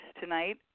tonight